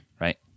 right